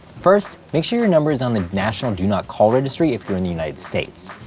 first, make sure your number is on the national do not call registry if you're in the united states.